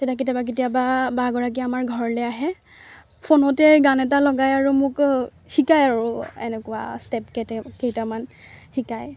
তেতিয়া কেতিয়াবা কেতিয়াবা বাগৰাকী আমাৰ ঘৰলৈ আহে ফোনতে গান এটা লগায় আৰু মোক শিকায় আৰু এনেকুৱা ষ্টেপ কে কেইটামান শিকায়